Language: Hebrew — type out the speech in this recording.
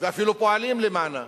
ואפילו פועלים למענה.